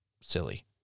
silly